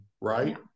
right